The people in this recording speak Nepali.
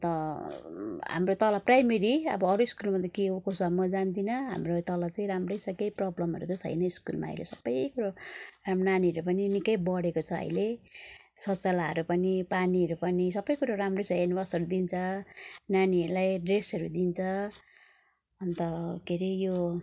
अन्त हाम्रो तल प्राइमेरी अब अरू स्कुलमा त के हो कसो हो म जान्दिनँ हाम्रो तल चाहिँ राम्रै छ केही प्रब्लमहरू त छैन स्कुलमा सबै हाम्रो नानीहरूलाई पनि निकै बढेको छ अहिले शौचालयहरू पनि पानीहरू पनि सबै कुरो राम्रै छ हेन्डवासहरू दिन्छ नानीहरूलाई ड्रेसहरू दिन्छ अन्त के अरे यो